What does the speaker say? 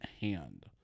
hand